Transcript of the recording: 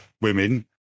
women